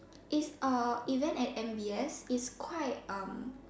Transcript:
it's uh event at M_B_S it's quite um